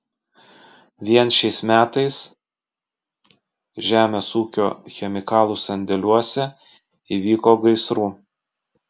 vien šiais metais žemės ūkio chemikalų sandėliuose įvyko gaisrų